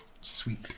Sweet